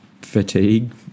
fatigue